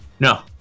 No